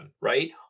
right